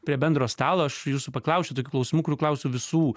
prie bendro stalo aš jūsų paklausčiau tokių klausimų kur klausiu visų